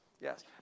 Yes